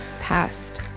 past